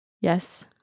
Yes